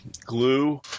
glue